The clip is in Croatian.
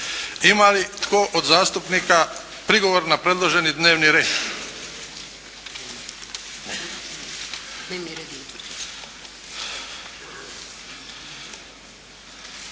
Ima li tko od zastupnika prigovor na predloženi dnevni red?